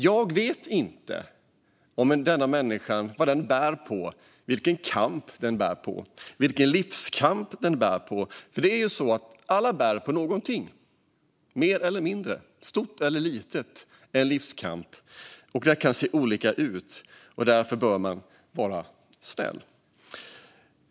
Jag vet ju inte vad denna människa bär på, vilken kamp den bär på, vilken livskamp den bär på. Det är ju så att alla människor bär på något, mer eller mindre, stort eller litet. De bär på en livskamp, och den kan se olika ut. Därför bör man vara snäll.